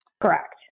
Correct